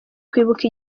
kwibuka